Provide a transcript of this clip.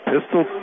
Pistol